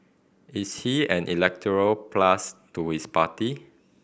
is he an electoral plus to his party